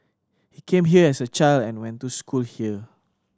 he came here as a child and went to school here